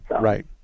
Right